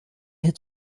had